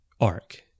arc